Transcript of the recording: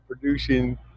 producing